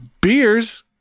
Beers